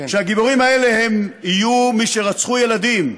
והגיבורים האלה הם מי שרצחו ילדים,